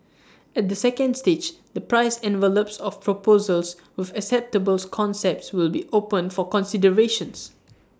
at the second stage the price envelopes of proposals with acceptable concepts will be opened for consideration